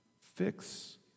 fix